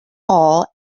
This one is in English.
hall